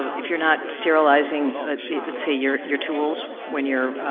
if you're not sterilizing let's say, your, your tools, when you're,